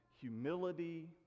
humility